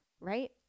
right